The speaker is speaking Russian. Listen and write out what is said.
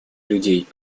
людей